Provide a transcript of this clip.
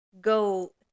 go